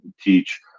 Teach